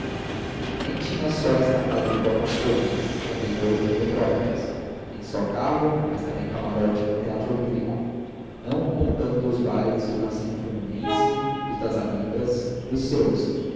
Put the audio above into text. nem tinha só esta casa de botafogo mas também outra em petrópolis nem só carro mas também camarote no teatro lírico não contando os bailes do cassino fluminense os das amigas e os seus